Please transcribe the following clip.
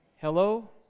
Hello